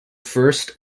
first